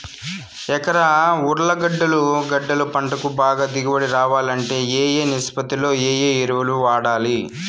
ఎకరా ఉర్లగడ్డలు గడ్డలు పంటకు బాగా దిగుబడి రావాలంటే ఏ ఏ నిష్పత్తిలో ఏ ఎరువులు వాడాలి?